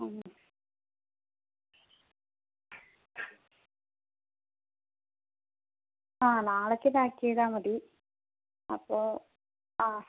മ് ആ നാളേക്ക് പാക്കെയ്താൽ മതി അപ്പോൾ ആ